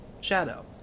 shadow